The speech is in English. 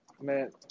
man